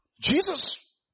Jesus